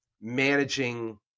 managing